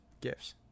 gifts